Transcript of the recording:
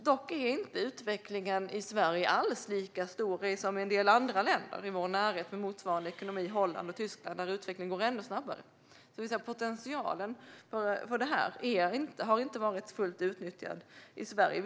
Dock är utvecklingen i Sverige inte alls lika stor som i en del andra länder i vår närhet med motsvarande ekonomi, nämligen Holland och Tyskland, där utvecklingen går ännu snabbare. Potentialen för detta har inte varit fullt utnyttjad i Sverige.